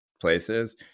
places